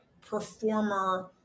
performer